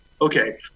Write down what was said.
okay